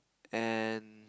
and